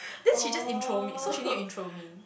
then she just intro me so she need to intro me